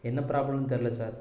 என்ன பிராப்ளம்னு தெரியல சார்